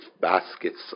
baskets